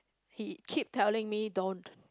he keep telling me don't